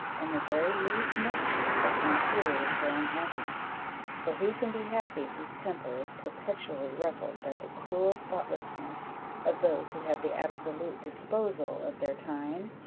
and the very least mischief that can accrue is her unhappiness for who can be happy whose temper is perpetually ruffled by the cruel thoughtlessness of those who have the absolute disposal of their time,